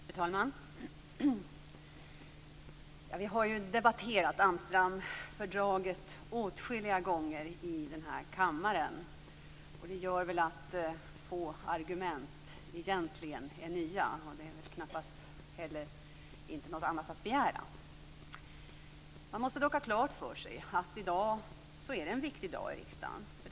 Fru talman! Vi har debatterat Amsterdamfördraget åtskilliga gånger här i kammaren. Det gör väl att få argument egentligen är nya, och det är väl knappast heller något annat att begära. Man måste dock ha klart för sig att det är en viktig dag i riksdagen i dag.